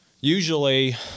usually